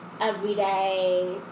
everyday